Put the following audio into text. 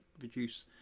reduce